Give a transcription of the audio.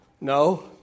No